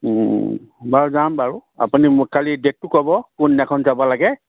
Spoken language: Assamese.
বাৰু যাম বাৰু আপুনি মোক খালী ডে'টটো ক'ব কোনদিনাখন যাব লাগে